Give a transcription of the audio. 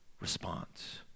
response